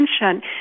attention